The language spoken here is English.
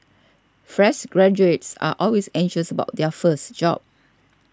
fresh graduates are always anxious about their first job